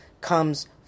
comes